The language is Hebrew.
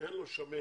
אין לו שמנת